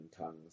tongues